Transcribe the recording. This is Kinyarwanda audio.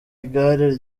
igare